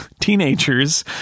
teenagers